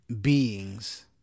beings